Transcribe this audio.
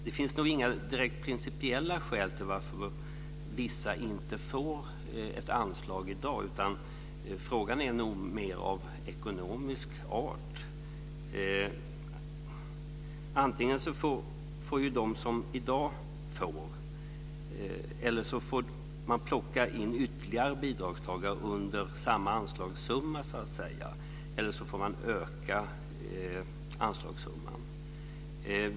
Det finns nog inga direkt principiella skäl till att vissa inte får ett anslag i dag. Frågan är nog mer av ekonomisk art. Antingen får de som i dag får, eller så får man plocka in ytterligare bidragstagare under samma anslagssumma, eller så får man öka anslagssumman.